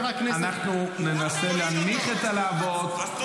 אנחנו ננסה להנמיך את הלהבות.